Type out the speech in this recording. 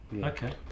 Okay